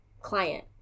client